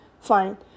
fine